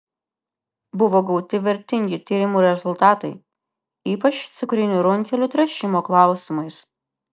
buvo gauti vertingi tyrimų rezultatai ypač cukrinių runkelių tręšimo klausimais